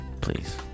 Please